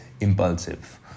impulsive